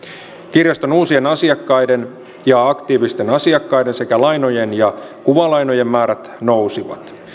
kirjaston uusien asiakkaiden ja aktiivisten asiakkaiden sekä lainojen ja kuvalainojen määrät nousivat